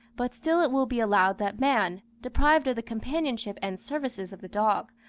but still it will be allowed that man, deprived of the companionship and services of the dog,